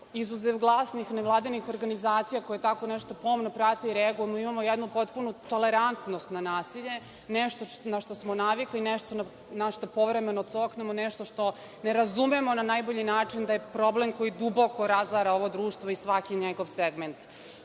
izuzev glasnih nevladinih organizacija koje tako nešto pomno prate i reaguju, mi imamo jednu potpunu tolerantnost na nasilje, nešto na šta smo navikli, nešto na šta povremeno coknemo, nešto što ne razumemo na najbolji način da je problem koji duboko razara ovo društvo i svaki njegov